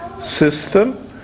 system